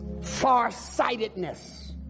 Farsightedness